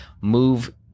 move